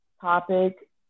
topic